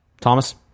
Thomas